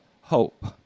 hope